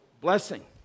blessing